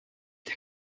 der